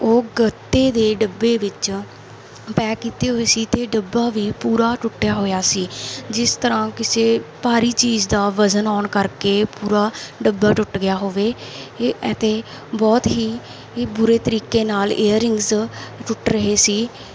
ਉਹ ਗੱਤੇ ਦੇ ਡੱਬੇ ਵਿੱਚੋਂ ਪੈਕ ਕੀਤੇ ਹੋਏ ਸੀ ਅਤੇ ਡੱਬਾ ਵੀ ਪੂਰਾ ਟੁੱਟਿਆ ਹੋਇਆ ਸੀ ਜਿਸ ਤਰ੍ਹਾਂ ਕਿਸੇ ਭਾਰੀ ਚੀਜ਼ ਦਾ ਵਜ਼ਨ ਆਉਣ ਕਰਕੇ ਪੂਰਾ ਡੱਬਾ ਟੁੱਟ ਗਿਆ ਹੋਵੇ ਇਹ ਅਤੇ ਬਹੁਤ ਹੀ ਇਹ ਬੁਰੇ ਤਰੀਕੇ ਨਾਲ ਏਅਰਰਿੰਗਜ ਟੁੱਟ ਰਹੇ ਸੀ